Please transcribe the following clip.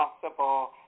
possible